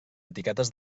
etiquetes